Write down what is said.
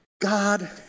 God